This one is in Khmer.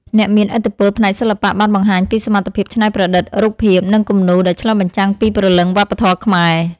អ្នកមានឥទ្ធិពលផ្នែកសិល្បៈបានបង្ហាញពីសមត្ថភាពច្នៃប្រឌិតរូបភាពនិងគំនូរដែលឆ្លុះបញ្ចាំងពីព្រលឹងវប្បធម៌ខ្មែរ។